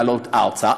לעלות ארצה,